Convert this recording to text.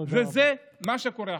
וזה מה שקורה עכשיו.